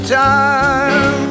time